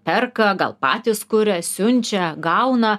perka gal patys kuria siunčia gauna